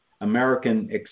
American